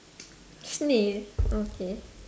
snail okay